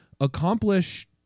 accomplish